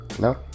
no